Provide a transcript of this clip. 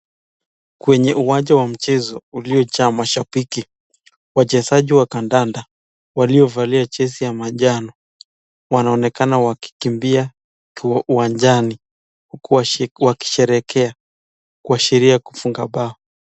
Kwenye uwanja wa mchezo uliojaa mashabiki, wachezaji wa kandanda waliovalia jezi ya manjano wanaonekana wakikimbia humo uwanjani huku wakisherehekea kusashiria kufunga bao.